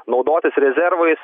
naudotis rezervais